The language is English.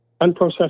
unprocessed